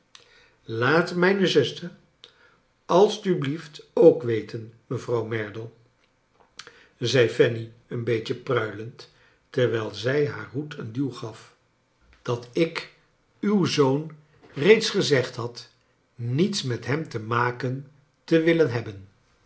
laat mijne zuster alstublieft ook weten mevrouw merdle zei fanny een beetje pruilend terwijl zij haar hoed een duw gaf dat ik uw kleine dorrit zoon reeds gezegd had niets met hem te ma ken te willen hebben